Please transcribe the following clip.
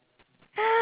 damn